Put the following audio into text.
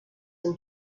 him